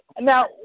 Now